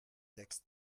texte